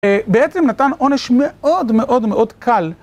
בעצם נתן עונש מאוד מאוד מאוד קל